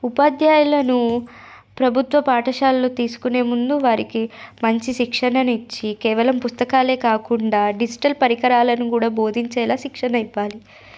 ఉపాధ్యాయులను ప్రభుత్వ పాఠాశాలలో తీసుకొనే ముందు వారికి మంచి శిక్షణని ఇచ్చి కేవలం పుస్తకాలే కాకుండా డిజిటల్ పరికరాలని కూడా బోధించేలా శిక్షణ ఇవ్వాలి